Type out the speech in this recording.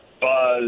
buzz